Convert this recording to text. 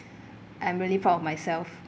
I'm really proud of myself